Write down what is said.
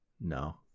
No